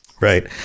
right